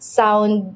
sound